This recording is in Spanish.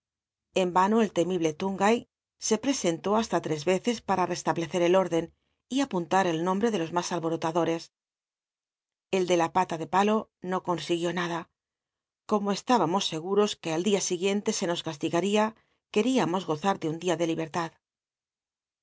en ano el tcmibl c eccs p ll'a l'establctungay se l i'csentó hasta tres y cer el órdcn y apuntaa el nomba'c de los mas alborotadores el de la pa ta de palo no consiguió nada como cst bamos seguros que al dia siguiente se nos castigaría queríamos gozna de un dia de libertad era